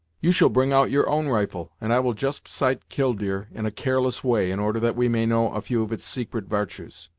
you shall bring out your own rifle, and i will just sight killdeer in a careless way, in order that we may know a few of its secret vartues.